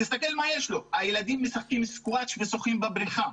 תסתכל מה יש לו: הילדים משחקים סקווש ושוחים בבריכה.